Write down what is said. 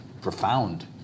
profound